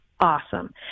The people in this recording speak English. awesome